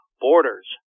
Borders